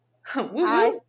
Hi